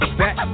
back